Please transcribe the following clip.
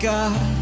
God